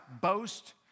boast